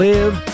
Live